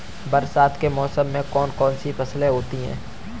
बरसात के मौसम में कौन कौन सी फसलें होती हैं?